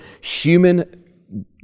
human